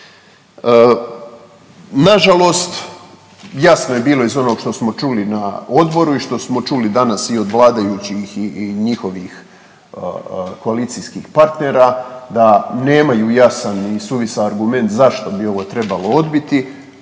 Nažalost jasno je bilo iz onog što smo čuli na odboru i što smo čuli danas i od vladajućih i njihovih koalicijskih partnera da nemaju jasan i suvisan argument zašto bi ovo trebalo odbiti,